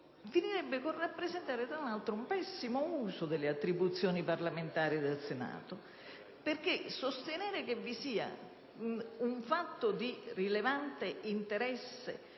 finirebbe per rappresentare, tra l'altro, un pessimo uso delle attribuzioni parlamentari del Senato, perché sostenere che vi sia un fatto di preminente interesse